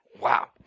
Wow